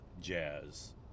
jazz